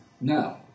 No